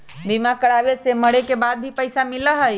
बीमा कराने से मरे के बाद भी पईसा मिलहई?